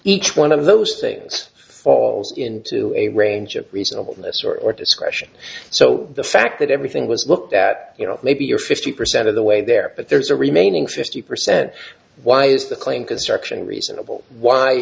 each one of those things falls into a range of reasonableness or discretion so the fact that everything was looked at you know maybe you're fifty percent of the way there but there's a remaining fifty percent why is the claim construction reasonable why